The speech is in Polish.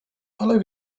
ale